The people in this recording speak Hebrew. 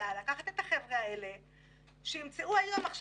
עולים נרטיבים שתופסים באופן סוחף גם בארץ וגם בעולם,